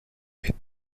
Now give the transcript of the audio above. est